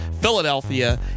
Philadelphia